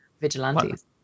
Vigilantes